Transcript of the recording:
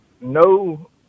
no